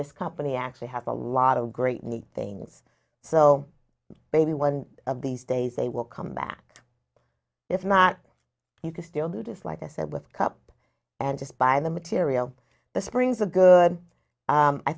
this company actually have a lot of great need things so maybe one of these days they will come back if not you can still do this like i said with cup and just buy the material the springs the good